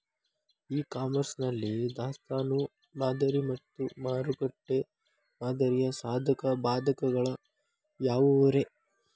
E commerce ನಲ್ಲಿ ದಾಸ್ತಾನು ಮಾದರಿ ಮತ್ತ ಮಾರುಕಟ್ಟೆ ಮಾದರಿಯ ಸಾಧಕ ಬಾಧಕಗಳ ಯಾವವುರೇ?